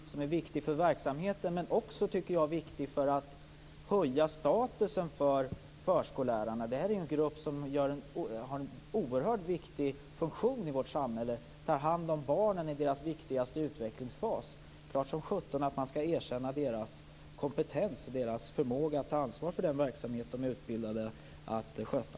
Den är viktig för verksamheten, men jag tycker också att den är viktig för att höja statusen hos förskollärarna. Detta är ju en grupp som har en oerhört viktig funktion i vårt samhälle. De tar hand om barnen i deras viktigaste utvecklingsfas. Det är klart att man skall erkänna deras kompetens och förmåga att ta ansvar för den verksamhet de är utbildade att sköta.